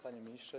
Panie Ministrze!